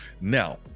now